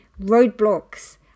roadblocks